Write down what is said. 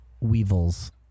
weevils